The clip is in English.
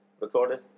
recorded